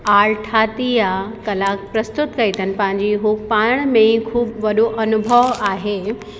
और ठाती आहे कला प्रस्तुत कई अथनि पंहिंजी हू पाण में ई ख़ूबु वॾो अनुभव आहे